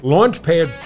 Launchpad